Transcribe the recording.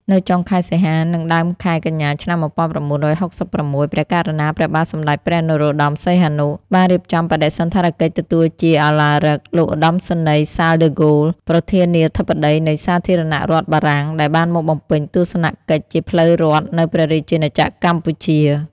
នៅចុងខែសីហា និងដើមខែកញ្ញា ឆ្នាំ១៩៦៦ ព្រះករុណា ព្រះបាទសម្តេចព្រះនរោត្តម សីហនុ បានរៀបចំបដិសណ្ឋារកិច្ចទទួលជា¬ឧឡារិក លោកឧត្តមសេនីយ៍ សាល ដឺហ្គោល ប្រធានាធិបតីនៃសាធារណរដ្ឋបារំាង ដែលបានមកបំពេញទស្សន កិច្ចជាផ្លូវរដ្ឋនៅព្រះរាជាណាចក្រកម្ពុជា។